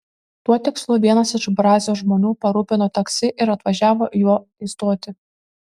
tuo tikslu vienas iš brazio žmonių parūpino taksi ir atvažiavo juo į stotį